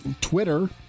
Twitter